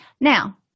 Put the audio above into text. Now